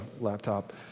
laptop